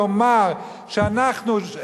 לומר שאנחנו,